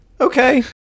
Okay